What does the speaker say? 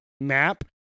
map